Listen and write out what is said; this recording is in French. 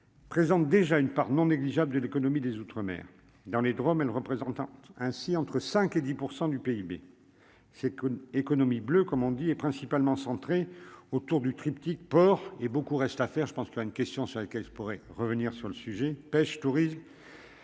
Présente déjà une part non négligeable de l'économie des Outre-Mer dans les Drom elle représentant ainsi entre 5 et 10 % du PIB, c'est que économie bleue comme on dit, est principalement centrée autour du triptyque port et beaucoup reste à faire, je pense que là, une question sur laquelle je pourrais revenir sur le sujet, pêche, tourisme,